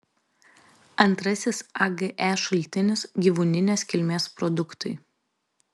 antrasis age šaltinis gyvūninės kilmės produktai